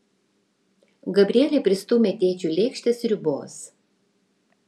gabrielė pristūmė tėčiui lėkštę sriubos